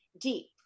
deep